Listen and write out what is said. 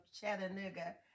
Chattanooga